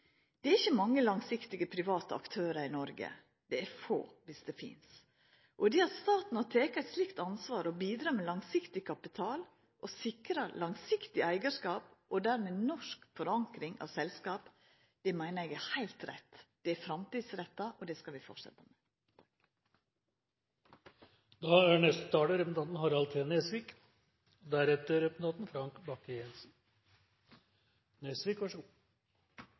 Det er ikkje mange langsiktige private aktørar i Noreg. Det er få, dersom det finst. Det at staten har teke eit slikt ansvar og bidrar med langsiktig kapital og sikrar langsiktig eigarskap og dermed norsk forankring av selskap, meiner eg er heilt rett. Det er framtidsretta, og det skal vi